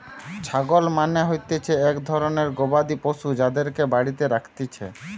ছাগল মানে হতিছে এক ধরণের গবাদি পশু যাদেরকে বাড়িতে রাখতিছে